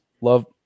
Love